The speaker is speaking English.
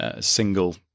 single